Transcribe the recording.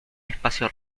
espacio